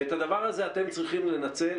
ואת הדבר הזה אתם צריכים לנצל,